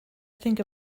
think